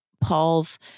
Paul's